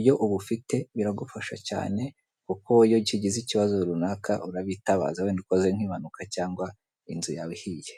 iyo ubufite biragufasha cyane, kuko iyo kigize ikibazo runaka urabitabaza wenda ukoze nk'impanuka cyangwa inzu yawe ihiye.